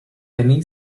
any